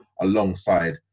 alongside